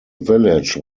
village